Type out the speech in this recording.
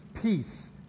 peace